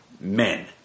men